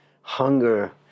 hunger